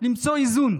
למצוא איזון.